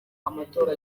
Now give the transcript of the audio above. amatora